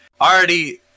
already